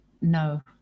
no